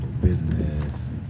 business